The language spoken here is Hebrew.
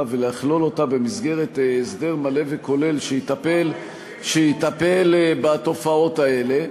ולכלול אותה במסגרת הסדר מלא וכולל שיטפל בתופעות האלה,